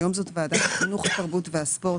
היום זאת ועדת החינוך, התרבות והספורט.